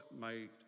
made